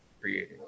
creating